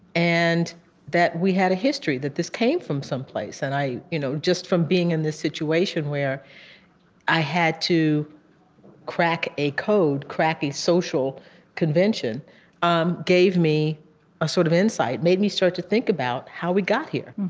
and that we had a history that this came from someplace. and, you know just from being in this situation where i had to crack a code, crack a social convention um gave me a sort of insight, made me start to think about how we got here